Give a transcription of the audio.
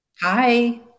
Hi